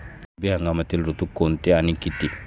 रब्बी हंगामातील ऋतू कोणते आणि किती?